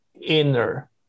inner